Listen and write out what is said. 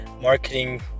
marketing